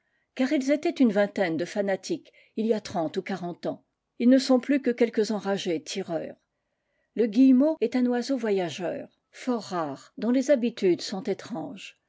car ils étaient une vingtaine de fanatiques il y a trente ou quarante ans ils ne sont plus que quelques enragés tireurs le guillemot est un oiseau voyageur fort rare dont les habitudes sont étran